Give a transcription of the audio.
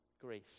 grace